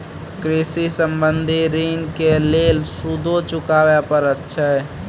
कृषि संबंधी ॠण के लेल सूदो चुकावे पड़त छै?